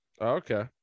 okay